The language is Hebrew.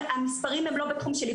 המספרים הם לא בתחום שלי,